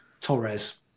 Torres